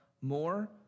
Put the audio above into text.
more